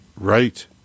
right